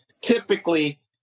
typically